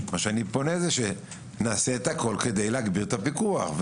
ומה שאני פונה זה שנעשה את הכל כדי להגביר את הפיקוח.